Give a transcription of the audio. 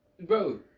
Bro